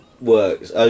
works